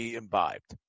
imbibed